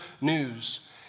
news